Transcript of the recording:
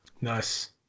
Nice